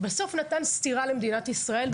בסוף זה נתן סטירה למדינת ישראל,